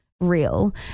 real